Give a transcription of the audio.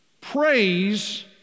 praise